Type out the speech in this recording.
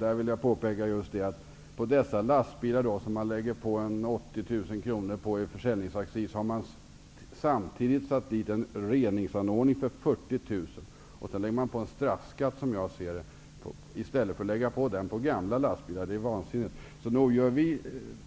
Där vill jag påpeka att på dessa lastbilar lägger man 80 000 kr i försäljningsaccis. Samtidigt har man satt dit en reningsanordning för 40 000 kr. Sedan lägger man på en straffskatt, som jag ser det, i stället för att lägga den på gamla lastbilar. Det är vansinnigt. Nog gör vi